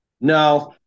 No